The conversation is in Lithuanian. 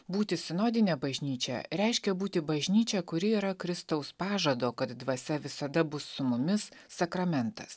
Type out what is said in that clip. būti sinodine bažnyčia reiškia būti bažnyčia kuri yra kristaus pažado kad dvasia visada bus su mumis sakramentas